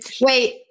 Wait